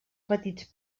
petits